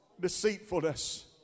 deceitfulness